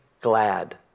glad